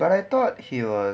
but I thought he was